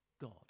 God